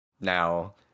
Now